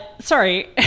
sorry